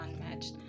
unmatched